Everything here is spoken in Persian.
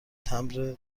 تمبر